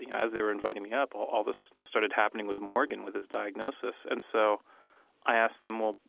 yeah as they were inviting me up, all all this started happening with morgan, with his diagnosis. and so i asked them, well,